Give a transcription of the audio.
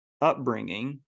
upbringing